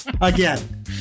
again